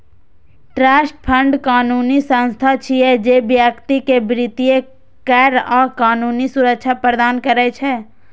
trust fund कानूनी संस्था छियै, जे व्यक्ति कें वित्तीय, कर आ कानूनी सुरक्षा प्रदान करै छै